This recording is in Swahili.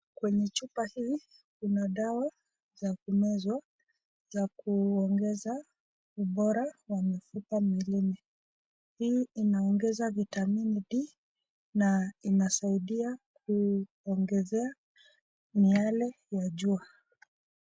Kwenye chupa hii kuna dawa za kumezwa za kuongeza ubora wa mifupa mwilini, hii inaongeza vitamin D na inasaidia kuongezea miale ya jua.